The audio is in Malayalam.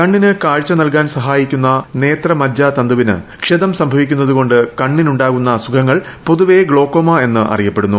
കണ്ണിന് കാഴ്ച നൽകാൻ സഹായിക്കുന്ന നേത്ര മജ്ജ തന്തുവിന് ക്ഷതം സംഭവിക്കുന്നതു കൊണ്ട് കണ്ണിനുണ്ടാകുന്ന അസുഖങ്ങളെ പൊതുവെ ഗ്ലോക്കോമ എന്ന് അറിയപ്പെടുന്നു